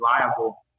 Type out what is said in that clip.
reliable